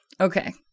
okay